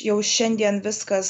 jau šiandien viskas